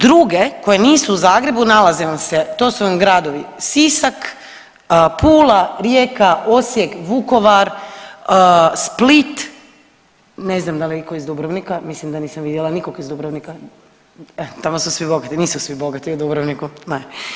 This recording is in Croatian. Druge koje nisu u Zagrebu, nalaze vam se to su vam gradovi Sisak, Pula, Rijeka, Osijek, Vukovar, Split, ne znam da li je itko iz Dubrovnika, mislim da nisam vidjela nikog iz Dubrovnika, tamo su svi bogati, nisu svi bogati u Dubrovniku, ne.